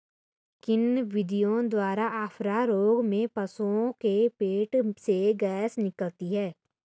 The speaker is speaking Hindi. किन विधियों द्वारा अफारा रोग में पशुओं के पेट से गैस निकालते हैं?